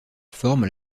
forme